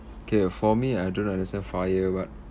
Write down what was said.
okay for me I do not understand fire what